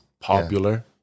popular